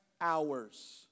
hours